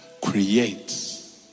creates